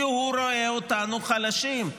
כי הוא רואה אותנו חלשים.